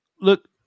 look